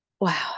wow